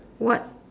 what